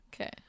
okay